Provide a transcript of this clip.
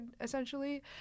essentially